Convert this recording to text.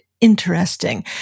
interesting